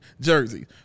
jersey